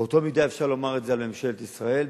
באותה מידה אפשר לומר את זה על ממשלת ישראל,